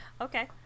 Okay